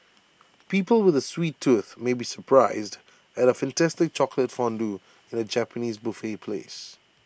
people with A sweet tooth may be surprised at A fantastic chocolate fondue in A Japanese buffet place